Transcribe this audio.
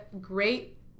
great